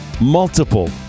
multiple